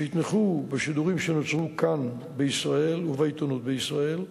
שיתמכו בשידורים שנוצרו כאן בישראל ובעיתונות כאן בישראל,